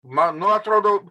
man nu atrodo